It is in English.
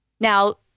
Now